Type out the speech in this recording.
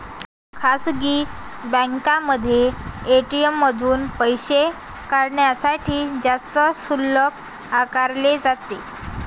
खासगी बँकांमध्ये ए.टी.एम मधून पैसे काढण्यासाठी जास्त शुल्क आकारले जाते